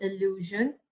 illusion